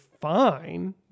fine